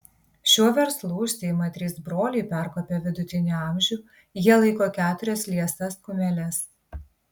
šiuo verslu užsiima trys broliai perkopę vidutinį amžių jie laiko keturias liesas kumeles